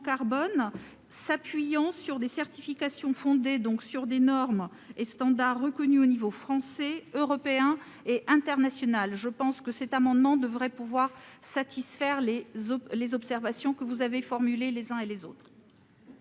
carbone, s'appuyant sur des certifications fondées sur des normes et standards reconnus aux niveaux français, européen et international. Cet amendement devrait pouvoir satisfaire les souhaits formulés par les uns et les autres.